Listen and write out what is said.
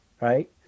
Right